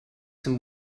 some